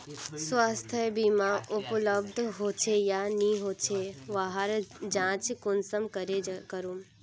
स्वास्थ्य बीमा उपलब्ध होचे या नी होचे वहार जाँच कुंसम करे करूम?